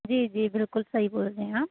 जी जी बिल्कुल सही बोल रहे हैं आप